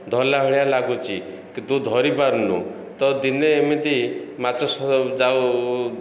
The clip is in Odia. ଧରିଲା ଭଳିଆ ଲାଗୁଛି କିନ୍ତୁ ଧରିପାରୁନୁ ତ ଦିନେ ଏମିତି ମାଛ ଯାଉ